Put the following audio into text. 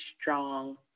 strong